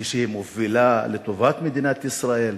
כשהיא מובילה לטובת מדינת ישראל?